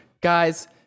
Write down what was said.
guys